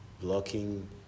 Blocking